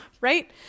right